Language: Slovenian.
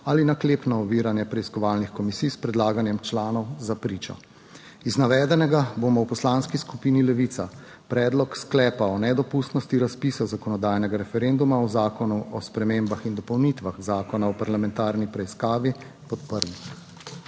ali naklepno oviranje preiskovalnih komisij s predlaganjem članov za pričo. Iz navedenega bomo v Poslanski skupini Levica Predlog sklepa o nedopustnosti razpisa zakonodajnega referenduma o Zakonu o spremembah in dopolnitvah Zakona o parlamentarni preiskavi podprli.